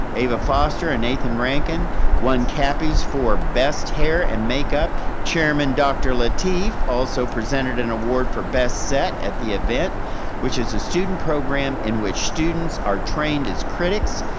eva foster and nathan rankin won cappies for best hair and makeup. chairman dr. lateef also presented an award for best set at the event which is a student program in which students are trained as critics,